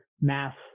mass